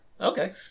Okay